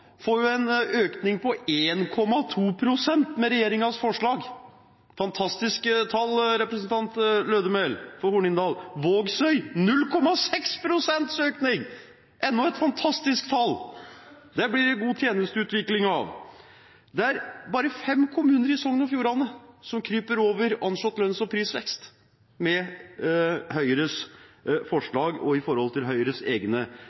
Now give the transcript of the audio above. en økning på 1,2 pst. med regjeringens forslag – fantastiske tall for Hornindal. Vågsøy har 0,6 pst. økning – enda et fantastisk tall. Det blir det god tjenesteutvikling av. Det er bare fem kommuner i Sogn og Fjordane som kryper over anslått lønns- og prisvekst med Høyres forslag og ut fra Høyres egne